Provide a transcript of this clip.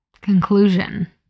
conclusion